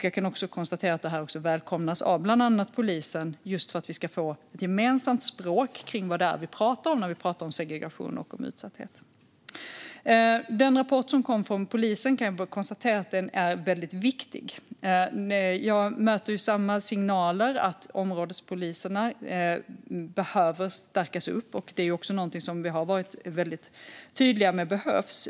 Jag kan konstatera att detta också välkomnas av bland annat polisen, just för att vi ska få ett gemensamt språk för vad det är vi pratar om när vi diskuterar segregation och utsatthet. Den rapport som kom från polisen är viktig. Jag möter samma signaler om att områdespoliserna behöver förstärkning, och vi har varit tydliga med att det behövs.